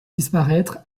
disparaître